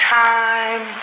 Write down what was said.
time